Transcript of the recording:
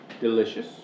Delicious